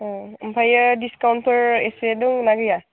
ओमफ्राय डिसकाउन्टफोर एसे दङ ना गैया